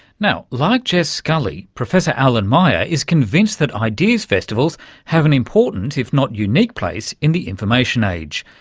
now, like jess scully, professor alan meyer, is convinced that ideas festivals have an important, if not unique, place in the information age.